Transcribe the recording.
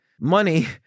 money